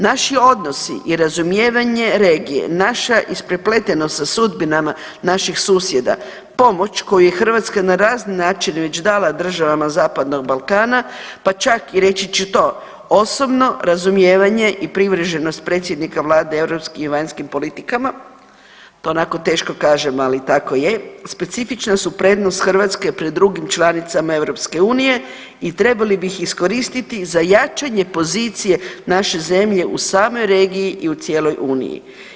Naši odnosi i razumijevanje regije, naša isprepletenost sa sudbinama naših susjeda, pomoć koju je Hrvatska na razne načine već dala državama Zapadnog Balkana, pa čak i reći ću to osobno razumijevanje i privrženost predsjednika vlade europskih i vanjskim politikama, to onako teško kažem, ali tako je, specifična su prednost Hrvatske pred drugim članicama EU i trebali bi ih iskoristiti i za jačanje pozicije naše zemlje u samoj regiji i u cijeloj Uniji.